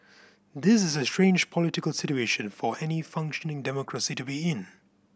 this is a strange political situation for any functioning democracy to be in